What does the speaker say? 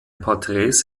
porträts